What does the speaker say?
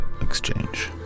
exchange